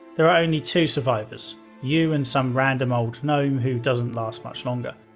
there are only two survivors you and some random old gnome who doesn't last much longer.